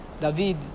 David